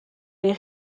les